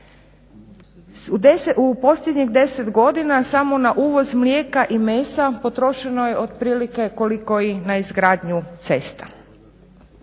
U posljednjih 10 godina samo na uvoz mlijeka i mesa potrošeno je otprilike koliko i na izgradnju cesta.